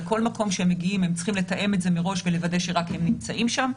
הן צריכות לתאם מראש הגעה לכל מקום ולוודא שרק הן נמצאות שם,